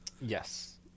yes